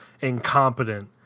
incompetent